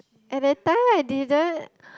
at that time I didn't